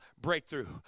breakthrough